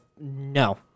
No